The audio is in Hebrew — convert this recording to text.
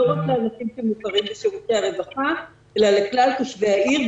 לא רק לאנשים שמוכרים בשירותי הרווחה אלא לכלל תושבי העיר,